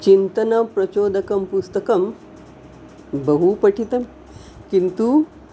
चिन्तनप्रचोदकं पुस्तकं बहु पठितं किन्तु